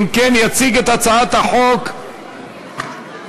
יציג את הצעת החוק חבר הכנסת